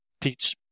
teach